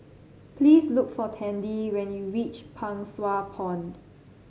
please look for Tandy when you reach Pang Sua Pond